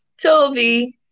Toby